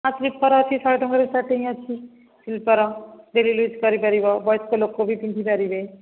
ହଁ ସ୍ଲିପର୍ ଅଛି ଶହେ ଟଙ୍କାରୁ ଷ୍ଟାଟିଙ୍ଗ୍ ଅଛି ସ୍ଲିପର୍ ଡେଲି ୟୁଜ୍ କରିପାରିବ ବୟସ୍କ ଲୋକ ବି ପିନ୍ଧି ପାରିବେ